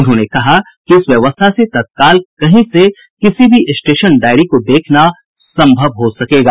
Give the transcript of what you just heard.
उन्होंने कहा कि इस व्यवस्था से तत्काल कहीं से भी किसी भी स्टेशन डायरी को देखना संभव हो सकेगा